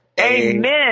Amen